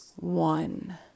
One